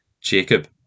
Jacob